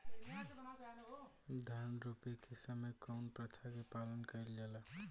धान रोपे के समय कउन प्रथा की पालन कइल जाला?